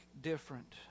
different